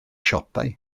siopau